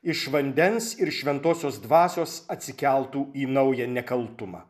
iš vandens ir šventosios dvasios atsikeltų į naują nekaltumą